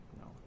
No